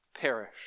perish